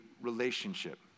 relationship